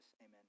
Amen